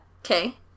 Okay